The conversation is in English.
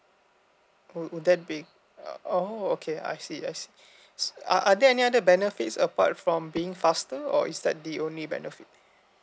would would that be oh okay I see I see are there any other benefits apart from being faster or is that the only benefit